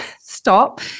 stop